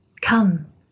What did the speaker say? Come